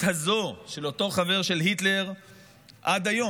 הזו של אותו חבר של היטלר עד היום.